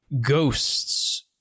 ghosts